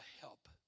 help